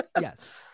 Yes